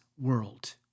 world